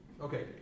Okay